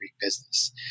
business